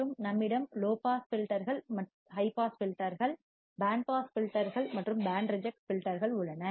மற்றும் நம்மிடம் low pass ஃபில்டர்கள் ஹை பாஸ் ஃபில்டர்கள் பேண்ட் பாஸ் ஃபில்டர்கள் மற்றும் பேண்ட் ரிஜெக்ட் ஃபில்டர்கள் உள்ளன